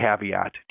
caveat